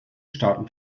staaten